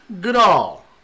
Goodall